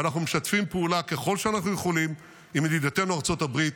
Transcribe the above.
ואנחנו משתפים פעולה ככל שאנחנו יכולים עם ידידתנו ארצות הברית.